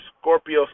Scorpio